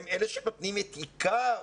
הם אלה שנותנים את עיקר